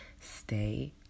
stay